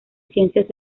ciencias